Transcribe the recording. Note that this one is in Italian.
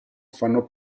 fanno